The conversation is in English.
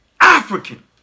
African